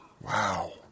Wow